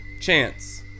chance